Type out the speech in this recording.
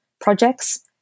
projects